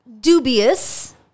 dubious